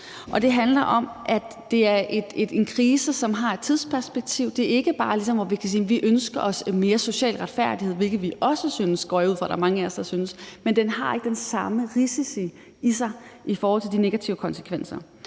Det handler om, at det er en krise, som har et tidsperspektiv. Det er ikke bare, som hvis vi siger, at vi ønsker os mere social retfærdighed – hvilket jeg også går ud fra mange af os gør – for det har ikke den samme risiko i sig i forhold til negative konsekvenser.